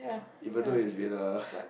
even though it's been a